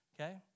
okay